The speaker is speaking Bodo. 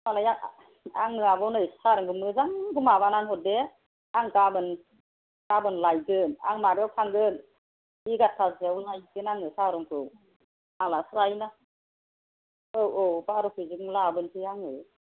फिसाज्लाया आंनो आब' नै साहा रंखौ मोजां माबानानै हरदे आं गाबोन लायगोन आं माबायाव थांगोन एगार'तासोआव लायगोन आङो साहा रंखौ औ औ बार' केजि ल' लाबोनोसै आङो